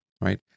right